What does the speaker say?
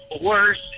worse